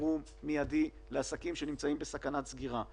חירום מידי לעסקים שנמצאים בסכנת סגירה,